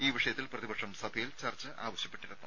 ഈ വിഷയത്തിൽ പ്രതിപക്ഷം സഭയിൽ ചർച്ച ആവശ്യപ്പെട്ടിരുന്നു